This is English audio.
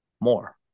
more